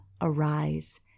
arise